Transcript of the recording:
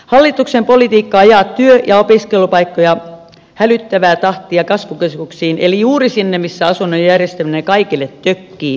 hallituksen politiikka ajaa työ ja opiskelupaikkoja hälyttävää tahtia kasvukeskuksiin eli juuri sinne missä asunnon järjestäminen kaikille tökkii pahiten